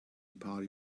party